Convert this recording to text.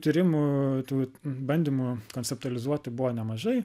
tyrimų tų bandymų konceptualizuoti buvo nemažai